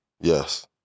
Yes